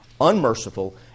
unmerciful